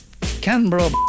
Canberra